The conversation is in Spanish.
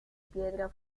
piedra